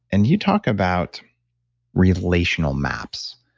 and you talk about relational maps,